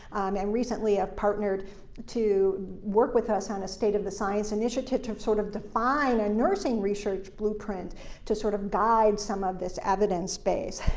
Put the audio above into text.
and recently have partnered to work with us on a state of the science initiative to sort of define a nursing research blueprint to sort of guide some of this evidence base.